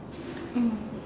mm